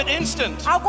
instant